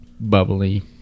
bubbly